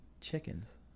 Chickens